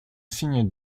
signe